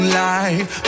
life